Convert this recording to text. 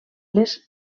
les